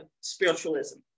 spiritualism